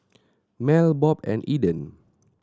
Mel Bob and Eden